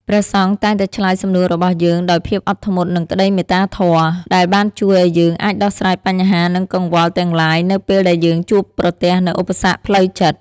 ព្រះសង្ឃតែងតែឆ្លើយសំណួររបស់យើងដោយភាពអត់ធ្មត់និងក្តីមេត្តាធម៌ ដែលបានជួយឱ្យយើងអាចដោះស្រាយបញ្ហានិងកង្វល់ទាំងឡាយនៅពេលដែលយើងជួបប្រទះនូវឧបសគ្គផ្លូវចិត្ត។